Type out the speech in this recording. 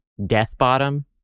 Deathbottom